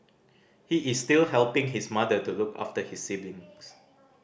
he is still helping his mother to look after his siblings